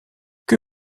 que